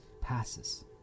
passes